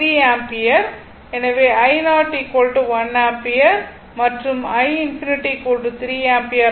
எனவே i0 1 ampere மற்றும் i∞ 3 ampere ஆகும்